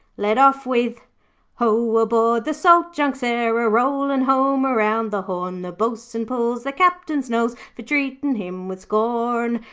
led off with ho! aboard the salt junk sarah, rollin' home around the horn, the bo'sun pulls the captain's nose for treatin' him with scorn.